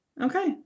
Okay